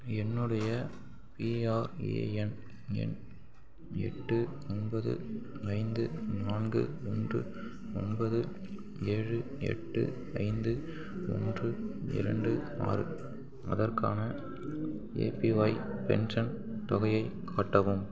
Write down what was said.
என்னுடைய பிஆர்ஏஎன் எண் எட்டு ஒன்பது ஐந்து நான்கு ஒன்று ஒன்பது ஏழு எட்டு ஐந்து ஒன்று இரண்டு ஆறு அதற்கான ஏபிஒய் பென்ஷன் தொகையைக் காட்டவும்